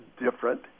different